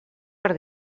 per